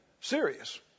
serious